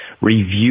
review